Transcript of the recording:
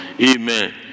Amen